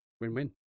win-win